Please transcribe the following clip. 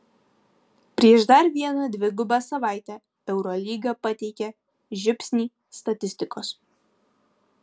prieš dar vieną dvigubą savaitę eurolyga pateikia žiupsnį statistikos